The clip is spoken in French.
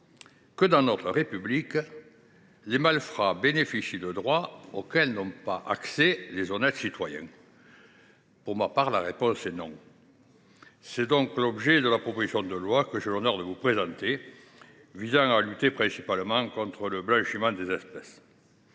que, dans notre République, les malfrats bénéficient de droits auxquels n’ont pas accès les honnêtes citoyens ? Pour moi, la réponse à cette question est : non ! Tel est l’objet de la proposition de loi que j’ai l’honneur de vous présenter, et qui vise à lutter principalement contre le blanchiment des espèces.